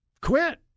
quit